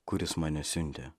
kuris mane siuntė